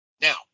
Now